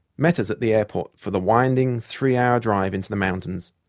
met us at the airport for the winding, three-hour drive into the mountains.